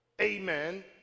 amen